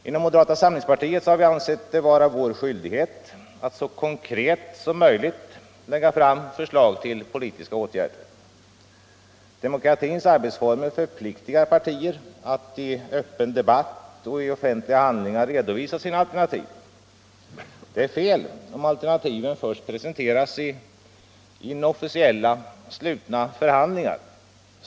Inom moderata samlingspartiet har vi ansett det vara vår skyldighet att så konkret som möjligt lägga fram förslag till politiska åtgärder. Demokratins arbetsformer förpliktigar partier att i öppen debatt och offentliga handlingar redovisa sina alternativ. Det är fel om alternativen först presenteras i inofficiella slutna förhandlingar.